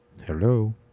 Hello